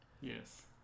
Yes